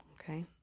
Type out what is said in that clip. Okay